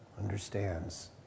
understands